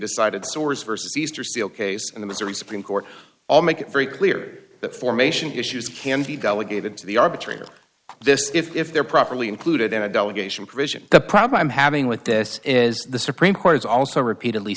decided source versus easter seal case in the missouri supreme court all make it very clear that formation issues can be delegated to the arbitrator this if they're properly included in a delegation provision the problem i'm having with this is the supreme court is also repeatedly